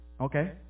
okay